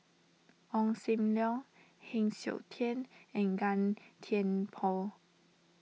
Ong Sam Leong Heng Siok Tian and Gan Thiam Poh